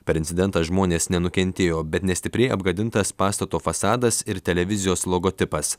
per incidentą žmonės nenukentėjo bet nestipriai apgadintas pastato fasadas ir televizijos logotipas